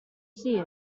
see